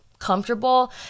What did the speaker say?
comfortable